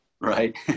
Right